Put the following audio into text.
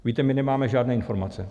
Víte, my nemáme žádné informace.